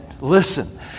listen